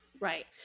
Right